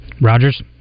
Rogers